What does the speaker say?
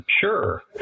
sure